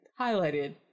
highlighted